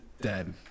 dead